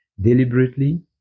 deliberately